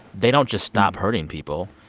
they don't just stop hurting people.